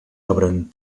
obren